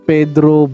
Pedro